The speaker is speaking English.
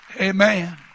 Amen